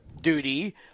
duty